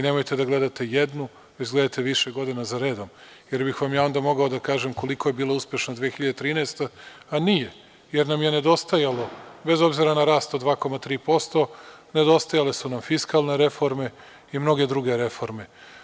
Nemojte da gledate jednu, već gledajte više godina zaredom, jerbih vam ja onda mogao da kažem koliko je bila uspešna 2013. godina, a nije, jer su nam nedostajale, bez obzira na rast od 2,3%, fiskalne reforme i mnoge druge reforme.